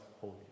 holy